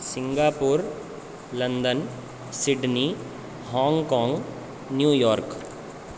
Singapore London Sydney Hong Kong New York